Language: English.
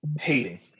hating